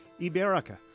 Iberica